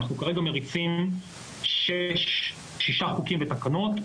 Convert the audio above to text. אנחנו כרגע מריצים 6 חוקים ותקנות,